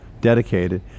dedicated